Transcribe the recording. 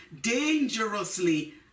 dangerously